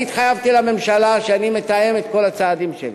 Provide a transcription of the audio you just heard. אני התחייבתי לממשלה שאני מתאם את כל הצעדים שלי,